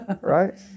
right